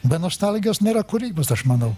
be nostalgijos nėra kūrybos aš manau